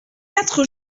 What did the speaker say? quatre